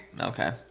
Okay